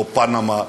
לא פנמה,